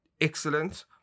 excellent